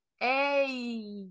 Hey